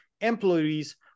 employees